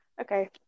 Okay